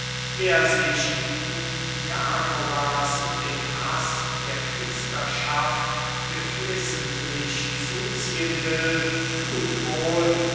wer sich wie diagoras den haß der priesterschaft geflissentlich zuziehen will thut wohl